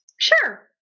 Sure